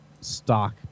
stock